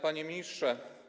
Panie Ministrze!